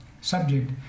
subject